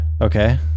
Okay